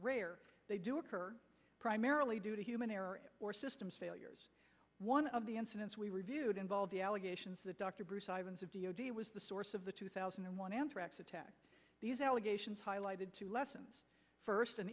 rare they do occur primarily due to human error or systems failures one of the incidents we reviewed involve the allegations that dr bruce ivans of d o d was the source of the two thousand and one anthrax attacks these allegations highlighted two lessons first an